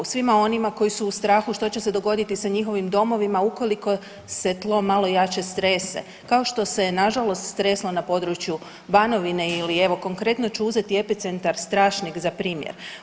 Svima onima koji su u strahu što će se dogoditi sa njihovim domovima ukoliko se tlo malo jače strese kao što se je nažalost stresno na području Banovine ili evo konkretno ću uzeti epicentar Strašnik za primjer.